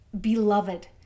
Beloved